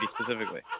specifically